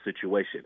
situation